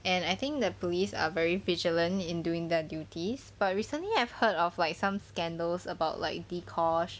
and I think the police are very vigilant in doing their duties but recently I've heard of like some scandals about like dee kosh